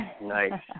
Nice